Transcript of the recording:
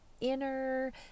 inner